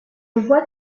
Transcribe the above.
vois